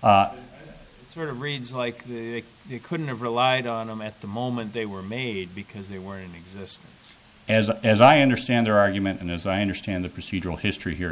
sort of reads like it couldn't have relied on them at the moment they were made because they weren't exist as as i understand their argument and as i understand the procedural history here